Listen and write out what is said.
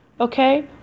Okay